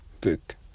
book